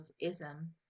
ism